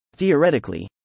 Theoretically